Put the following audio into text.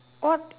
what